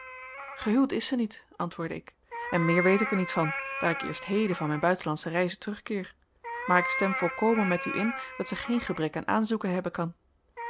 gehuwd is zij niet antwoordde ik en meer weet ik er niet van daar ik eerst heden van mijn buitenlandsche reize terugkeer maar ik stem volkomen met u in dat zij geen gebrek aan aanzoeken hebben kan